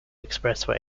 expressway